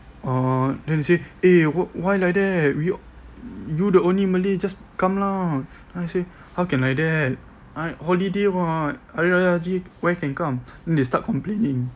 oh then they say eh why like that we you the only malay just come lah then I say how can like that I holiday [what] hari raya haji why can come then they start complaining